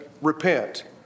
repent